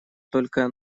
только